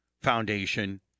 foundation